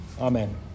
Amen